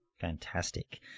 Fantastic